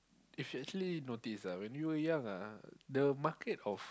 if actually notice ah when you are young ah the market of